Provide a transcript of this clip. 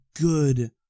good